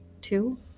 Two